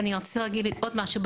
רציתי להגיד עוד משהו,